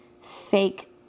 fake